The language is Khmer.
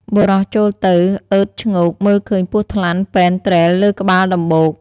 បុរសចូលទៅអើតឈ្ងោកមើលឃើញពស់ថ្លាន់ពេនទ្រេលលើក្បាលដំបូក។